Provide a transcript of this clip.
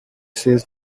says